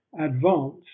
advance